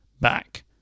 back